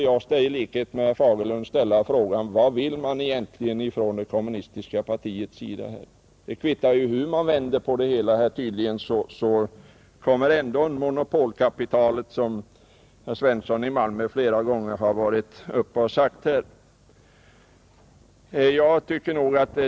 Jag måste som herr Fagerlund fråga: Vad vill man egentligen i det kommunistiska partiet? Det kvittar ju hur vi gör; monopolkapitalet förtjänar ändå, som herr Svensson i Malmö flera gånger förklarade.